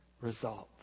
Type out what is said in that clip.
results